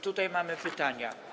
Tutaj mamy pytania.